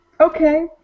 Okay